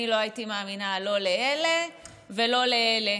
אני לא הייתי מאמינה לא לאלה ולא לאלה,